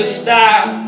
stop